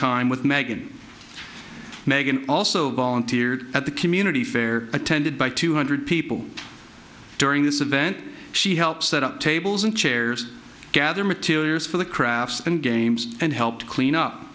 time with meghan meghan also volunteered at the community fair attended by two hundred people during this event she helped set up tables and chairs gather materials for the crafts and games and helped clean up